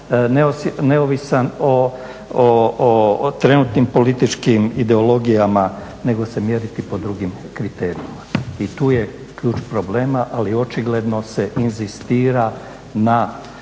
neovisan o trenutnim političkim ideologijama nego se mjeriti po drugim kriterijima. I tu je ključ problema, ali očigledno se inzistira na